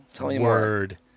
word